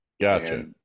Gotcha